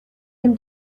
him